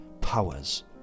powers